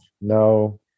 No